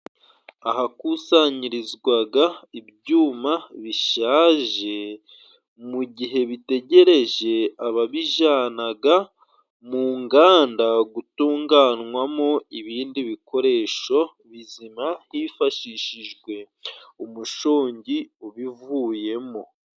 Ahakusanyirizwaga ibyuma bishaje, mu gihe bitegereje ababijanaga mu nganda, gutunganywamo ibindi bikoresho bizima, hifashishijwe umushongi ubivuyemo.